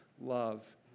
love